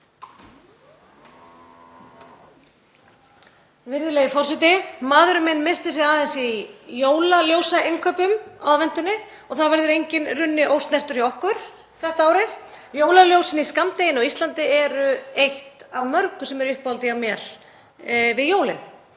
Virðulegi forseti. Maðurinn minn missti sig aðeins í jólaljósainnkaupum á aðventunni og það verður enginn runni ósnertur hjá okkur þetta árið. Jólaljósin í skammdeginu á Íslandi eru eitt af mörgu sem er í uppáhaldi hjá mér við jólin.